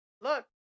look